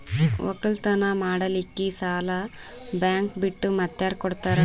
ಒಕ್ಕಲತನ ಮಾಡಲಿಕ್ಕಿ ಸಾಲಾ ಬ್ಯಾಂಕ ಬಿಟ್ಟ ಮಾತ್ಯಾರ ಕೊಡತಾರ?